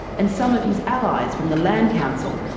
and some of his allies from the land council,